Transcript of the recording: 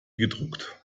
gedruckt